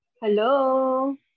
Hello